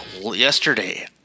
yesterday